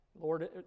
Lord